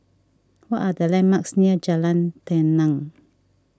what are the landmarks near Jalan Tenang